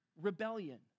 rebellion